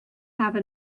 have